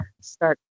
start